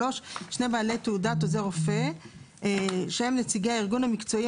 שני בעלי תעודת עוזר רופא שהם נציגי הארגון המקצועי